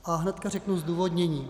A hned řeknu zdůvodnění.